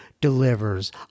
delivers